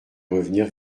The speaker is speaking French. revenir